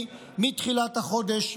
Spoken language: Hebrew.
מתחילת החודש,